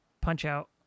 Punch-Out